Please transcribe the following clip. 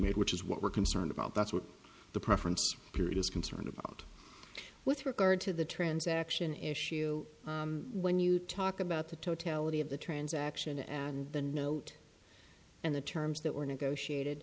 made which is what we're concerned about that's what the preference period is concerned about with regard to the transaction issue when you talk about the totality of the transaction and the note and the terms that were negotiated